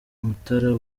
mutara